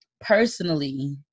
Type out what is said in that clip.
personally